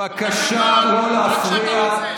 בבקשה לא להפריע.